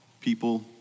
people